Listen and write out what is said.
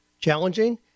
Challenging